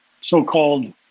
so-called